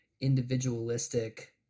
individualistic